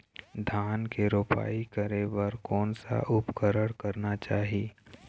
धान के रोपाई करे बर कोन सा उपकरण करना चाही?